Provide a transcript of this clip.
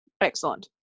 Excellent